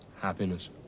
happiness